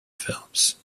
films